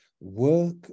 work